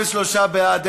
כיום,